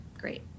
Great